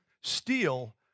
steal